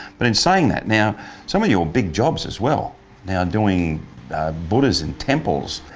but in saying that, now some of your big jobs as well now doing buda's in temples.